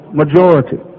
majority